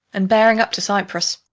and bearing up to cyprus.